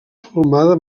formada